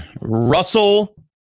Russell